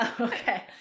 Okay